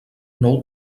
nou